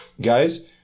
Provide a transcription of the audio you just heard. guys